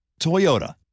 Toyota